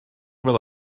fel